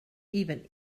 even